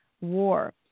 war